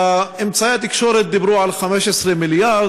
באמצעי התקשורת דיברו על 15 מיליארד.